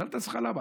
תשאל את עצמך למה.